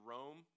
Rome